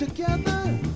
Together